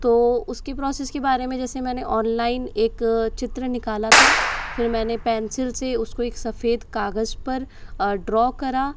तो उसके प्रोसेस के बारे में मैंने जैसे ऑनलाइन एक चित्र निकाला था फिर मैंने पेंसिल से उसको एक सफ़ेद कागज़ पर ड्रा करा